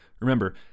Remember